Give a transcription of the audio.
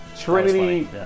Trinity